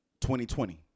2020